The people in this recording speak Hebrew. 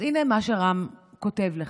אז הינה מה שרם כותב לך: